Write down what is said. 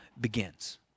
begins